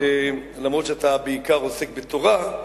אף שאתה בעיקר עוסק בתורה,